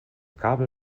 kabel